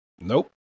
Nope